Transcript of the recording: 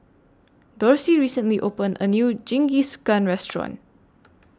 Dorsey recently opened A New Jingisukan Restaurant